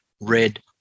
red